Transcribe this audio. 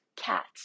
cats